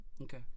Okay